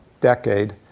decade